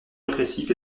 répressif